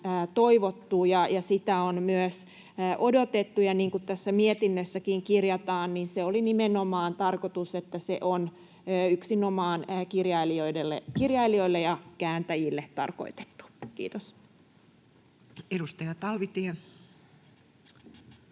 toivottu ja sitä on myös odotettu. Niin kuin tässä mietinnössäkin kirjataan, niin oli nimenomaan tarkoitus, että se on yksinomaan kirjailijoille ja kääntäjille tarkoitettu. — Kiitos. [Speech 206]